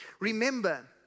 Remember